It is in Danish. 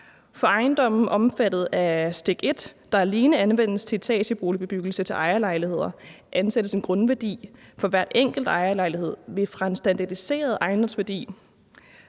»For ejendomme omfattet af stk. 1, der alene anvendes til etageboligbebyggelse til ejerlejligheder, ansættes en grundværdi for hver enkelt ejerlejlighed ved fra en standardiseret ejendomsværdi